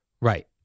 Right